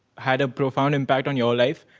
had a profound impact on your life?